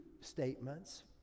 statements